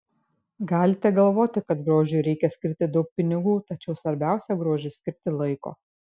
galite galvoti kad grožiui reikia skirti daug pinigų tačiau svarbiausia grožiui skirti laiko